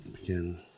begin